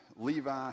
Levi